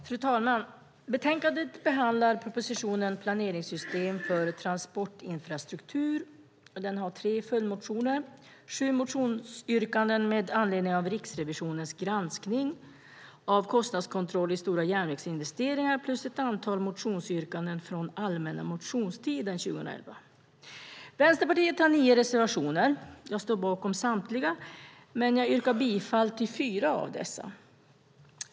Fru talman! Betänkandet behandlar propositionen Planeringssystem för transportinfrastruktur med tre följdmotioner, sju motionsyrkanden med anledning av Riksrevisionens granskning av kostnadskontroll i stora järnvägsinvesteringar plus ett antal motionsyrkanden från allmänna motionstiden 2011. Vänsterpartiet har nio reservationer. Jag står bakom samtliga, men jag yrkar bifall endast till fyra av dessa.